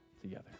together